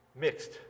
Mixed